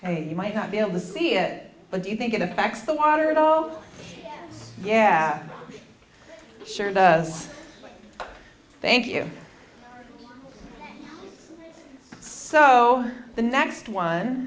and you might not be able to see it but do you think it affects the water at all yeah sure does thank you so the next one